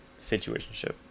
situationship